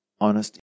honesty